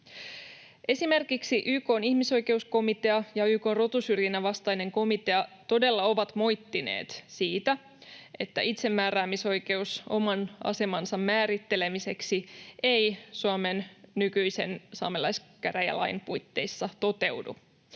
Esimerkiksi YK:n ihmisoikeuskomitea ja YK:n rotusyrjinnän vastainen komitea todella ovat moittineet siitä, että itsemääräämisoikeus oman asemansa määrittelemiseksi ei Suomen nykyisen saamelaiskäräjälain puitteissa toteudu.